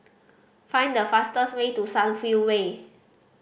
find the fastest way to Sunview Way